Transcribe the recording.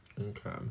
okay